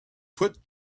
put